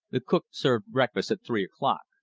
the cook served breakfast at three o'clock.